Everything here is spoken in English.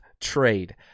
trade